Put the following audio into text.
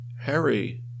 Harry